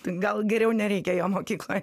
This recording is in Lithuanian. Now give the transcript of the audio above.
gal geriau nereikia jo mokykloj